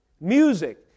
music